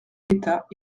l’état